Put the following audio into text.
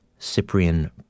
Cyprian